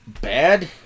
bad